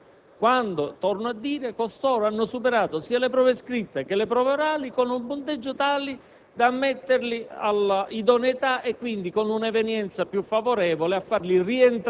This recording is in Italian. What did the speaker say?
Mi chiedo: visto che costoro hanno comunque superato le prove a quel livello ritenuto sufficiente per essere dichiarati idonei e, quindi, per essere